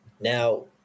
Now